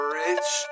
rich